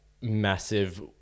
massive